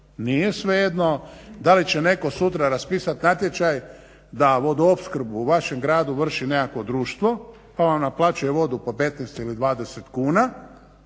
Nije svejedno da li će neko sutra raspisati natječaj da vodoopskrbu u vašem gradu vrši nekakvo društvo pa vam naplaćuje vodu po 15 ili 20 kuna